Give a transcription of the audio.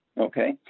Okay